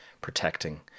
protecting